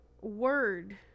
word